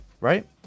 Right